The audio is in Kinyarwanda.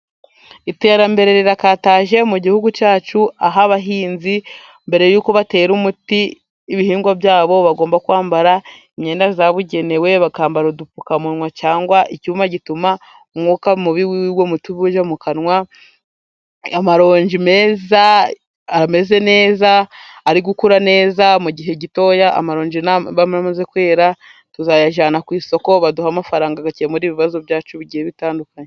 Iterambere rirakataje mu gihugu cyacu, aho abahinzi mbere yuko batera umuti ibihingwa byabo, bagomba kwambara imyenda yabugenewe bakambara udupfukamunwa ,cyangwa icyuma gituma umwuka mubi wuwo Muti utajya mu kanwa . Amaronji meza, ameze neza, ari gukura neza ,mu gihe gitoya amaronji naba amaze kwera tuzayajyana ku isoko, baduhe amafaranga akemura ibibazo byacu bigiye bitandukanye.